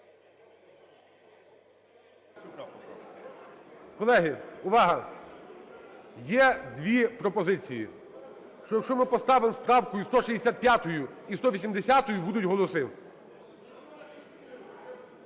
Колеги, увага! Є дві пропозиції, що, якщо ми поставимо з правкою 165 і 180-ю – будуть голоси.